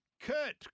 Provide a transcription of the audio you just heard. Kurt